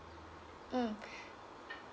mm